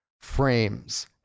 frames